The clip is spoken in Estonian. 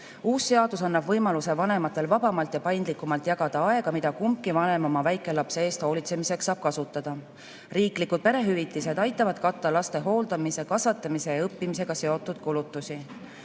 Uus seadus annab võimaluse vanematel vabamalt ja paindlikumalt jagada aega, mida kumbki vanem oma väikelapse eest hoolitsemiseks saab kasutada. Riiklikud perehüvitised aitavad katta laste hooldamise, kasvatamise ja õppimisega seotud kulutusi.